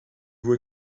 hoe